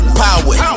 power